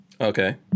Okay